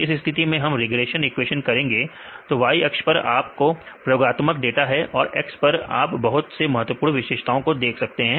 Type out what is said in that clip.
इस स्थिति में हम रिग्रेशन इक्वेशंस करेंगे तो Y अक्ष पर आप का प्रयोगात्मक डाटा है और X पर आप बहुत से महत्वपूर्ण विशेषताओं को देख सकते हैं